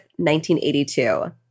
1982